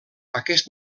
aquest